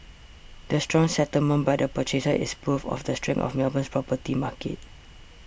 the strong settlements by the purchasers is proof of the strength of Melbourne's property market